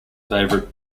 favourite